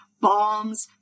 bombs